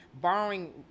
borrowing